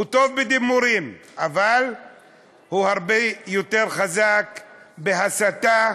הוא טוב בדיבורים, אבל הוא הרבה יותר חזק בהסתה,